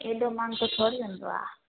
एॾो महांगो थोरी हूंदो आहे